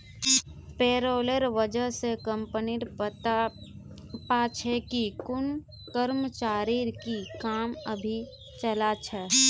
पेरोलेर वजह स कम्पनी पता पा छे कि कुन कर्मचारीर की काम अभी बचाल छ